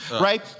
right